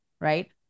Right